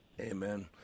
amen